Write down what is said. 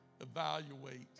evaluate